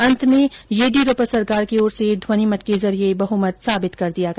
अंत में येडीयूरप्पा सरकार की ओर से ध्वनिमत के जरिये बहुमत साबित कर दिया गया